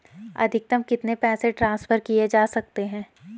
अधिकतम कितने पैसे ट्रांसफर किये जा सकते हैं?